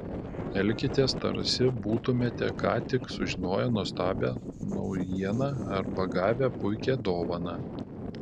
elkitės tarsi būtumėte ką tik sužinoję nuostabią naujieną arba gavę puikią dovaną